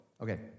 Okay